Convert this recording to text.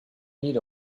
need